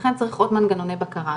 לכן צריך עוד מנגנוני בקרה,